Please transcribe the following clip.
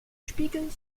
spiegeln